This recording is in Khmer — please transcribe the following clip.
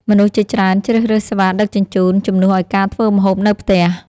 មនុស្សជាច្រើនជ្រើសរើសសេវាដឹកជញ្ជូន ជំនួសឱ្យការធ្វើម្ហូបនៅផ្ទះ។